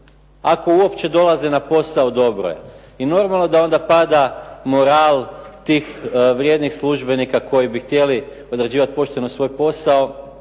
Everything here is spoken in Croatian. ako uopće dolaze na posao dobro je. I normalno da onda pada moral tih vrijednih službenika koji bi htjeli određivati pošteno svoj posao